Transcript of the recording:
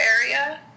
area